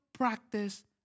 Practice